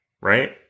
right